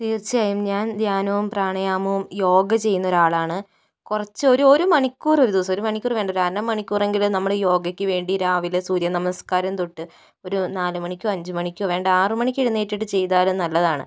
തീർച്ചയായും ഞാൻ ധ്യാനവും പ്രാണായാമവും യോഗ ചെയ്യുന്ന ഒരാളാണ് കുറച്ച് ഒരു ഒരു മണിക്കൂറ് ഒരു ദിവസം ഒരു മണിക്കൂറ് വേണ്ട ഒരു അര മണിക്കൂറെങ്കിലും നമ്മള് യോഗയ്ക്ക് വേണ്ടി രാവിലെ സൂര്യനമസ്കാരം തൊട്ട് ഒരു നാല് മണിക്കോ അഞ്ച് മണിക്കോ വേണ്ട ആറ് മണിക്ക് എഴുന്നേറ്റിട്ട് ചെയ്താലും നല്ലതാണ്